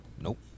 Nope